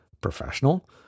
professional